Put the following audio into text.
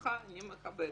שאותך אני מכבדת.